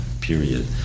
period